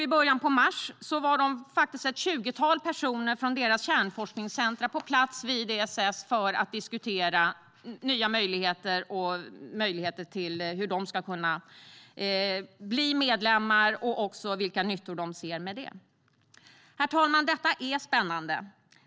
I början av mars var det faktiskt ett tjugotal personer från dess kärnforskningscentrum på plats vid ESS för att diskutera hur man ska kunna bli medlem och vilka nyttor man ser med det. Herr talman! Detta är spännande.